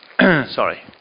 Sorry